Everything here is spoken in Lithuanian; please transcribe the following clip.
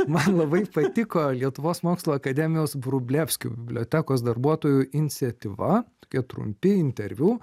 man labai patiko lietuvos mokslų akademijos vrublevskių bibliotekos darbuotojų iniciatyva tokie trumpi interviu